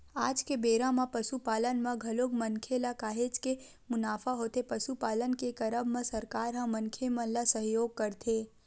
आज के बेरा म पसुपालन म घलोक मनखे ल काहेच के मुनाफा होथे पसुपालन के करब म सरकार ह मनखे मन ल सहयोग करथे